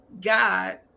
God